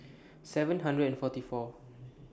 seven hundred and forty four